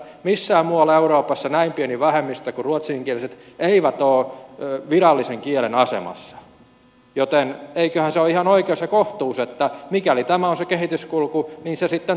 missään muualla euroopassa näin pieni vähemmistö kuin ruotsinkieliset eivät ole virallisen kielen asemassa joten eiköhän se ole ihan oikeus ja kohtuus että mikäli tämä on se kehityskulku niin se sitten toteutetaan